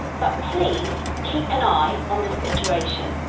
but please keep an eye on the situation.